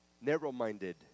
narrow-minded